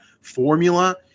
formula